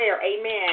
Amen